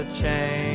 change